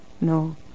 No